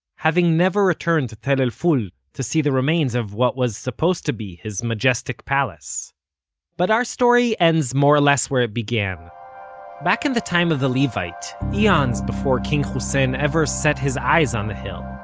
having never returned to tell el-ful to see the remains of what was supposed to be his majestic palace but our story ends more or less where it began back in the time of the levite, eons before king hussein ever set his eyes on the hill,